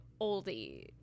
oldie